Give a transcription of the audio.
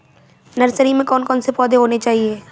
Nursery में कौन कौन से पौधे होने चाहिए?